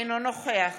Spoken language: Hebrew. אינו נוכח